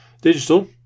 digital